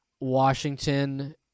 Washington